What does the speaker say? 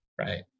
right